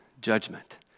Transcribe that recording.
judgment